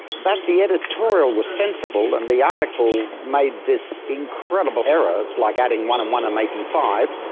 that the editorial was sensible and the article made this incredible error, like adding one and one and making five,